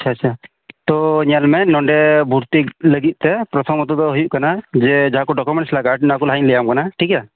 ᱟᱪᱷᱟ ᱟᱪᱷᱟ ᱛᱳ ᱧᱮᱞ ᱢᱮ ᱱᱚᱰᱮ ᱵᱷᱚᱨᱛᱤᱜ ᱞᱟᱹᱜᱤᱛ ᱛᱮ ᱯᱨᱚᱛᱷᱚᱢᱚᱛᱚ ᱫᱚ ᱦᱩᱭᱩᱜ ᱠᱟᱱᱟ ᱡᱮ ᱡᱟᱦᱟ ᱠᱚ ᱰᱚᱠᱩᱢᱮᱱᱴ ᱞᱟᱜᱟᱜᱼᱟ ᱚᱱᱟ ᱠᱚ ᱞᱟᱦᱟ ᱤᱧ ᱞᱟᱹᱭ ᱟᱢ ᱠᱟᱱᱟ ᱴᱷᱤᱠ ᱜᱮᱭᱟ